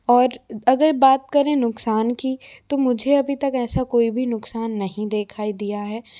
और अगर बात करें नुकसान की तो मुझे अभी तक ऐसा कोई भी नुकसान नहीं दिखाई दिया है